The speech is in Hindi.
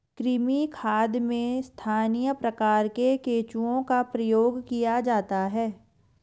कृमि खाद में स्थानीय प्रकार के केंचुओं का प्रयोग किया जाता है